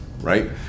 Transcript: right